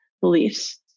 beliefs